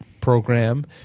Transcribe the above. program